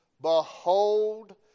Behold